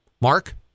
Mark